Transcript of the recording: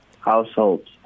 households